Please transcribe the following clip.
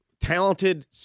talented